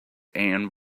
and